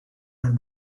are